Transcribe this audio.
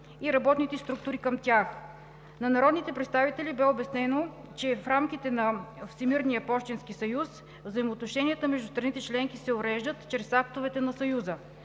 и работните структури към тях. На народните представители бе обяснено, че в рамките на Всемирния пощенски съюз взаимоотношенията между страните членки се уреждат чрез актовете на Съюза.